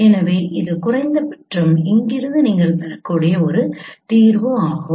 எனவே இது குறைந்தபட்சம் இங்கிருந்து நீங்கள் பெறக்கூடிய ஒரு தீர்வாகும்